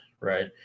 right